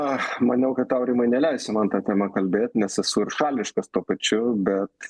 ach maniau kad aurimai neleisi man ta tema kalbėt nes esu ir šališkas tuo pačiu bet